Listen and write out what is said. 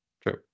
True